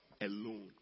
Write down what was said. alone